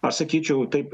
aš sakyčiau taip